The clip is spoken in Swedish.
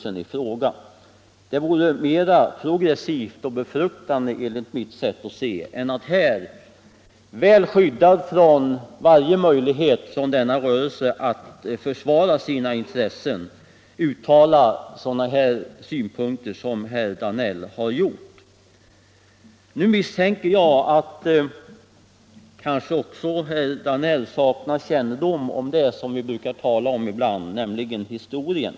Det vore enligt mitt sätt att se mera progressivt och befruktande än att, väl skyddad för varje möjlighet för denna rörelse att försvara sina intressen, uttala sådana synpunkter som herr Danell här har fört fram. Nu misstänker jag att också herr Danell saknar kännedom om det som vi brukar tala om ibland, nämligen historien.